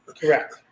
Correct